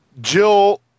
Jill